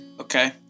Okay